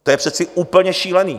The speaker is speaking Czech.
To je přece úplně šílené!